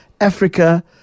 Africa